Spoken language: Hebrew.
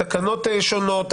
תקנות שונות,